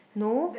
no